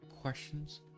questions